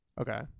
Okay